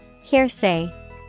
Hearsay